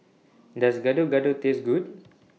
Does Gado Gado Taste Good